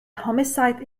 homicide